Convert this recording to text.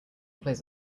plays